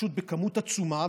פשוט בכמות עצומה,